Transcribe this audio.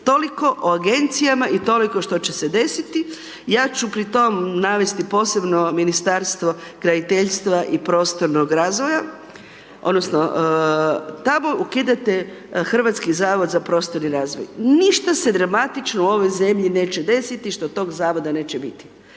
Toliko o agencijama i toliko što će se desiti. Ja ću pri tom navesti posebno Ministarstvo graditeljstva i prostornog razvoja, odnosno tamo ukidate Hrvatski zavoj za prostorni razvoj, ništa se dramatično u ovoj zemlji neće desiti što tog zavoda neće biti.